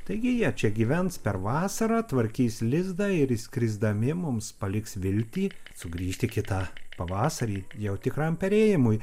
taigi jie čia gyvens per vasarą tvarkys lizdą ir išskrisdami mums paliks viltį sugrįžti kitą pavasarį jau tikram perėjimui